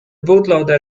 bootloader